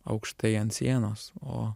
aukštai ant sienos o